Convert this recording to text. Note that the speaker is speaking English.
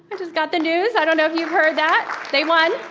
and just got the news, i don't know if you've heard that. they won.